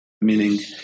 meaning